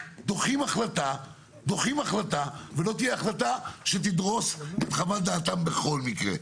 דוחים החלטה ולא תהיה החלטה שתדרוס את חוות דעתם בכל מקרה.